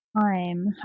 time